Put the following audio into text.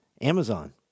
Amazon